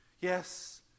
Yes